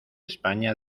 españa